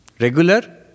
Regular